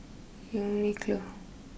Uniqlo